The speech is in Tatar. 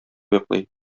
йоклый